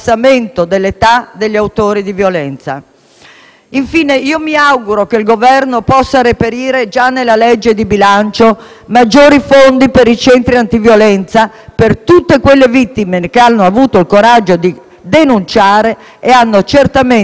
Infine, mi auguro che il Governo possa reperire già nella legge di bilancio per il 2019 maggiori fondi per i centri antiviolenza, a favore di tutte quelle vittime che hanno avuto il coraggio di denunciare e hanno certamente necessità di ricostruire la propria vita.